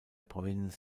provinz